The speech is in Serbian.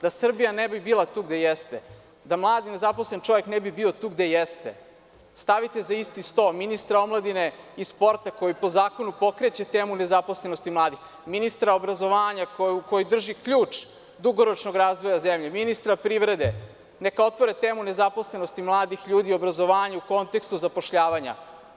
Da Srbija ne bi bila tu gde jeste, da mlad i nezaposlen čovek ne bi bio tu gde jeste, stavite za isti sto ministra omladine i sporta koji po zakonu pokreće temu nezaposlenosti mladih, ministra obrazovanja koji drži ključ dugoročnog razvoja zemlje, ministra privrede, neka otvore temu nezaposlenosti mladih ljudi i obrazovanju, u kontekstu zapošljavanja.